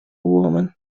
woman